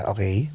Okay